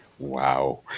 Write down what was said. Wow